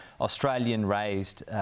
Australian-raised